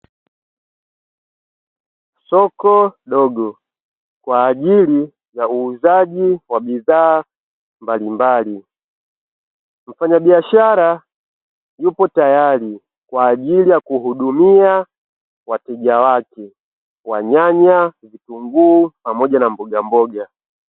Soko dogo kwa ajili ya uuzajibwa bidhaa mbalimbali. Mfanya biashara yupo teyari kwa ajili ya kuhudumia wateja wake wa nyanya, vitungu pamoja na mbogamboga.